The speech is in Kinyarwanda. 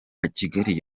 kigali